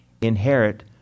inherit